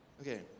Okay